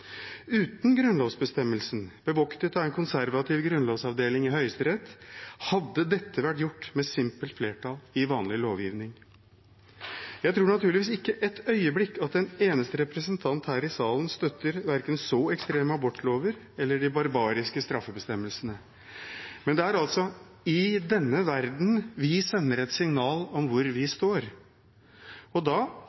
Uten grunnlovsbestemmelsen, bevoktet av en konservativ grunnlovsavdeling i høyesterett, hadde dette vært gjort med simpelt flertall i vanlig lovgivning. Jeg tror naturligvis ikke et øyeblikk at en eneste representant her i salen støtter verken så ekstreme abortlover eller de barbariske straffebestemmelsene, men det er altså i denne verdenen vi sender et signal om hvor vi